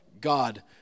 God